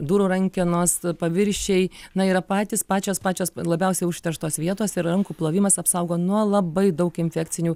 durų rankenos paviršiai na yra patys pačios pačios labiausiai užterštos vietos ir rankų plovimas apsaugo nuo labai daug infekcinių